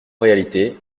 réalité